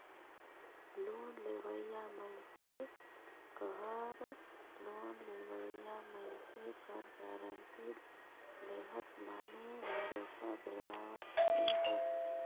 loan लेवइया मइनसे कहर लोन लेहोइया मइनसे कर गारंटी लेहत माने भरोसा देहावत हस